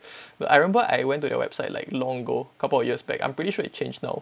I remember I went to their website like long ago couple of years back I'm pretty sure it changed now